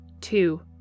Two